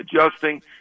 adjusting